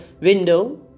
window